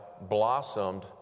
blossomed